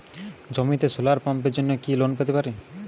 জমিতে সোলার পাম্পের জন্য কি লোন পেতে পারি?